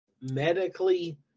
medically